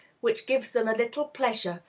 which gives them a little pleasure,